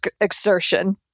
exertion